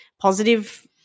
positive